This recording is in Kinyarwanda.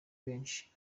benshi